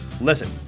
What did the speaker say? listen